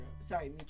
sorry